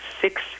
six